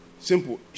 Simple